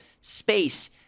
space